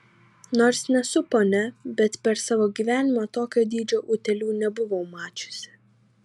nors nesu ponia bet per savo gyvenimą tokio dydžio utėlių nebuvau mačiusi